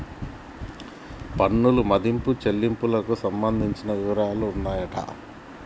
పన్నుల మదింపు చెల్లింపునకు సంబంధించిన వివరాలు ఉన్నాయంట